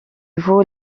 vaut